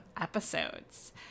episodes